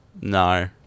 No